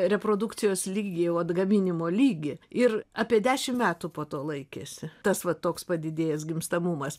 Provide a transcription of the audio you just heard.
reprodukcijos lygį jau atgaminimo lygį ir apie dešim metų po to laikėsi tas va toks padidėjęs gimstamumas